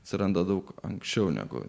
atsiranda daug anksčiau negu